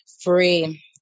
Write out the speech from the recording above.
free